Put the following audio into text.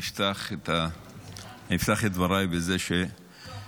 אפתח את דבריי בזה שיום-יום,